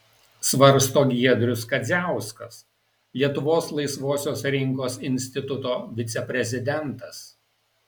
svarsto giedrius kadziauskas lietuvos laisvosios rinkos instituto viceprezidentas